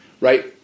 right